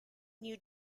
new